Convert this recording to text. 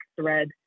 thread